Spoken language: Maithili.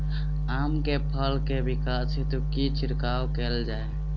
आम केँ फल केँ विकास हेतु की छिड़काव कैल जाए?